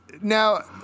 Now